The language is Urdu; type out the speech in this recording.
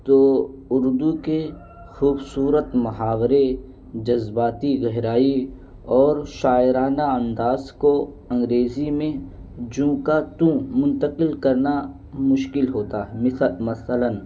تو اردو کے خوبصورت محاورے جذباتی گہرائی اور شاعرانہ انداز کو انگریزی میں جونکا ت منتقل کرنا مشکل ہوتا ہے مثد مثلاً